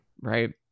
right